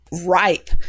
ripe